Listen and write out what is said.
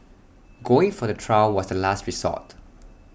going for the trial was the last resort